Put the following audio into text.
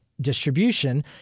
distribution